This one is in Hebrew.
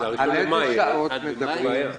על איזה שעות מדברים?